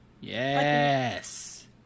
yes